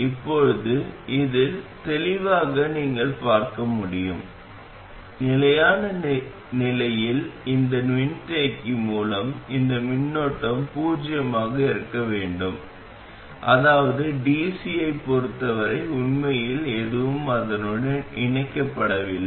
இப்போது இதில் தெளிவாக நீங்கள் பார்க்க முடியும் நிலையான நிலையில் இந்த மின்தேக்கியின் மூலம் இந்த மின்னோட்டம் பூஜ்ஜியமாக இருக்க வேண்டும் அதாவது dc ஐப் பொறுத்தவரை உண்மையில் எதுவும் அதனுடன் இணைக்கப்படவில்லை